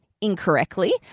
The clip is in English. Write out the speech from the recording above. incorrectly